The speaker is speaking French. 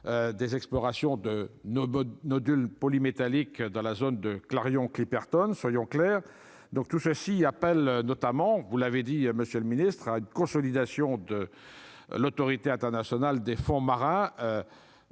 des explorations de Nobody nodules polymétalliques dans la zone de Clarion Clipperton, soyons clairs, donc tout ceci appelle notamment, vous l'avez dit à monsieur le ministre, à une consolidation de l'autorité internationale des fonds marins